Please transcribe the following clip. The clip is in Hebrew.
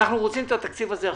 אנחנו רוצים את התקציב הזה עכשיו.